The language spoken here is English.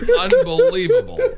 Unbelievable